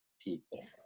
people